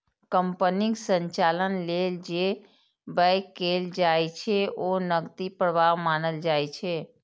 कंपनीक संचालन लेल जे व्यय कैल जाइ छै, ओ नकदी प्रवाह मानल जाइ छै